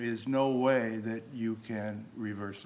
is no way that you can reverse